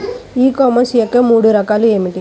ఈ కామర్స్ యొక్క మూడు రకాలు ఏమిటి?